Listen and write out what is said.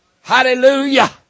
Hallelujah